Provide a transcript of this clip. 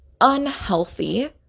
unhealthy